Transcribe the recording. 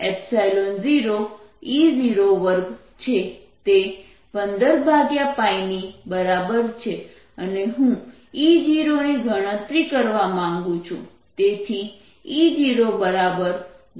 120E02 છે તે 15ની બરાબર છે અને હું E0 ની ગણતરી કરવા માંગું છું